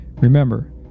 Remember